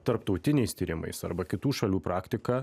tarptautiniais tyrimais arba kitų šalių praktika